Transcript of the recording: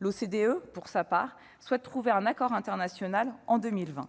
L'OCDE souhaite, pour sa part, trouver un accord international en 2020.